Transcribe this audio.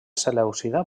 selèucida